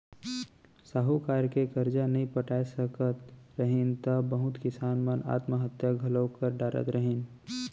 साहूकार के करजा नइ पटाय सकत रहिन त बहुत किसान मन आत्म हत्या घलौ कर डारत रहिन